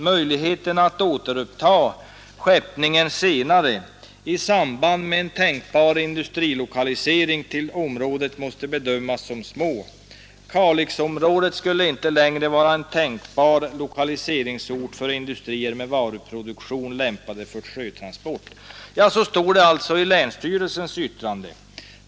Möjligheterna att återuppta skeppningen senare t.ex. i samband med en tänkbar industrilokalisering till området måste bedömas som små. Kalixområdet skulle inte längre vara en tänkbar lokaliseringsort för industrier med varuproduktion lämpad för sjötransport.” Så heter det i länsstyrelsens yttrande.